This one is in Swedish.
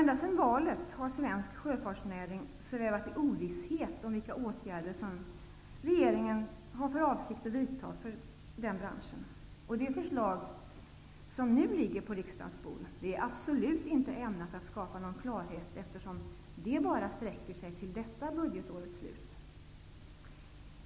Ända sedan valet har svensk sjöfartsnäring svävat i ovisshet om vilka åtgärder som regeringen har för avsikt att vidta för den branschen. Det förslag som nu ligger på riksdagens bord är absolut inte ämnat att skapa någon klarhet, eftersom det bara sträcker sig till detta budgetårs slut.